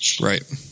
Right